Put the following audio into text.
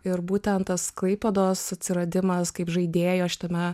ir būtent tas klaipėdos atsiradimas kaip žaidėjo šitame